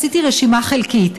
עשיתי רשימה חלקית.